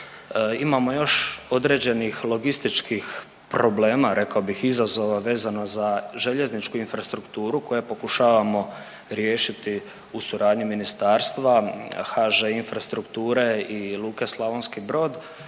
Imamo još određenih logističkih problema, rekao bih, izazova vezano za željezničku infrastrukturu koje pokušavamo riješiti u suradnji Ministarstva, HŽ Infrastrukture i Luke Slavonski Brod